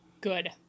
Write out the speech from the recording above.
good